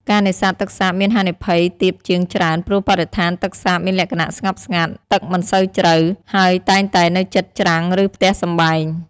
ការនេសាទទឹកសាបមានហានិភ័យទាបជាងច្រើន ព្រោះបរិស្ថានទឹកសាបមានលក្ខណៈស្ងប់ស្ងាត់ ទឹកមិនសូវជ្រៅ ហើយតែងតែនៅជិតច្រាំងឬផ្ទះសម្បែង។